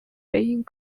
being